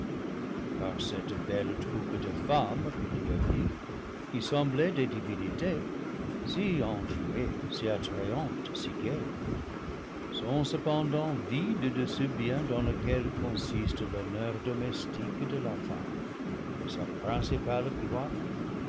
car cette belle troupe de femmes que tu as vue qui semblaient des divinités si enjouées si attrayantes si gaies sont cependant vides de ce bien dans lequel consiste l'hon neur domestique de là femme et sa principale gloire